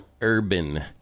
urban